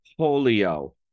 polio